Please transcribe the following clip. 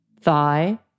thigh